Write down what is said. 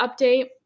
update